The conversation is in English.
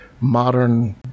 modern